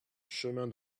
chemin